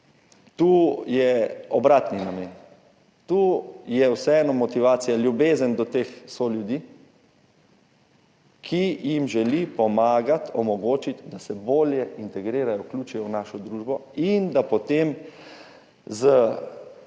tu je obraten namen, tu je vseeno motivacija, ljubezen do teh soljudi, ki jim želimo pomagati, omogočiti, da se bolje integrirajo, vključijo v našo družbo in da so potem z